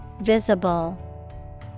Visible